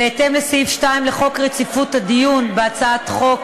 בהתאם לסעיף 2 לחוק רציפות הדיון בהצעת חוק,